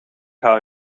hou